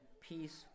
peace